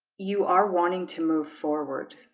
you are wanting to move forward,